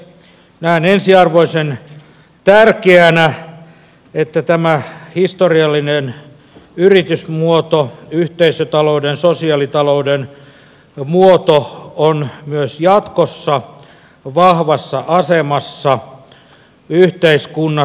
näen ensiarvoisen tärkeänä että tämä historiallinen yritysmuoto yhteisötalouden sosiaalitalouden muoto on myös jatkossa vahvassa asemassa yhteiskunnassamme